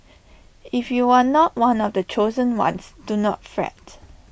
if you are not one of the chosen ones do not fret